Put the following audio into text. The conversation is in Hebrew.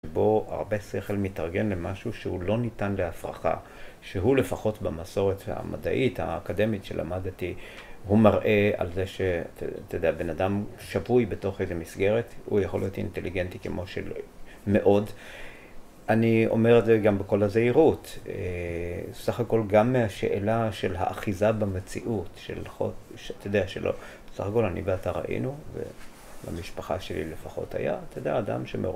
‫בו הרבה שכל מתארגן למשהו ‫שהוא לא ניתן להפרחה, ‫שהוא לפחות במסורת המדעית, ‫האקדמית שלמדתי, ‫הוא מראה על זה שאתה יודע, ‫בן אדם שבוי בתוך איזה מסגרת, ‫הוא יכול להיות אינטליגנטי ‫כמו שלא מאוד. ‫אני אומר את זה גם בכל הזהירות. ‫סך הכול גם מהשאלה ‫של האחיזה במציאות של... ‫אתה יודע, שלא... ‫בסך הכול אני ואתה ראינו, ‫ובמשפחה שלי לפחות היה, אתה יודע, ‫אדם שמ...